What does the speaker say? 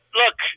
look